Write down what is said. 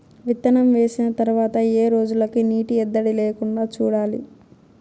విత్తనం వేసిన తర్వాత ఏ రోజులకు నీటి ఎద్దడి లేకుండా చూడాలి?